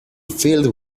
filled